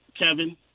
Kevin